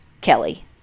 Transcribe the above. Kelly